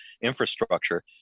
infrastructure